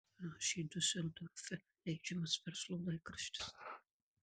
rašė diuseldorfe leidžiamas verslo laikraštis